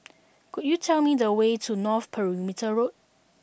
could you tell me the way to North Perimeter Road